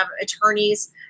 attorneys